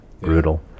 brutal